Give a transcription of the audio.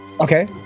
okay